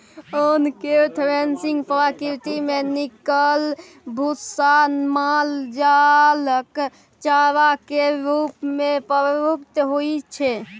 ओन केर थ्रेसिंग प्रक्रिया मे निकलल भुस्सा माल जालक चारा केर रूप मे प्रयुक्त होइ छै